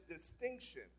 distinction